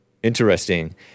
Interesting